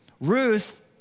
Ruth